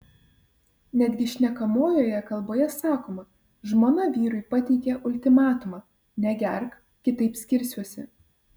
netgi šnekamojoje kalboje sakoma žmona vyrui pateikė ultimatumą negerk kitaip skirsiuosi